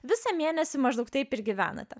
visą mėnesį maždaug taip ir gyvenate